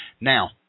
now